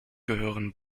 gehören